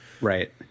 Right